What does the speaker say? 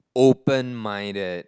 open minded